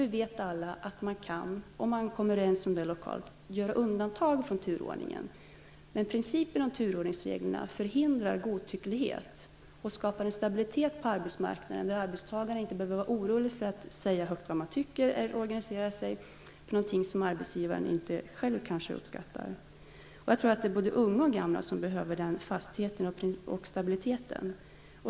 Vi vet alla att man, om man lokalt kommer överens om det, kan göra undantag från turordningen, men principen om turordning förhindrar godtycklighet och skapar en stabilitet på arbetsmarknaden, där arbetstagaren inte behöver vara orolig för att säga högt vad han tycker eller för att organisera sig, även om arbetsgivaren kanske inte uppskattar det. Jag tror att både unga och gamla behöver denna fasthet och stabilitet.